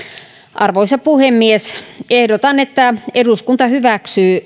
arvoisa puhemies ehdotan että eduskunta hyväksyy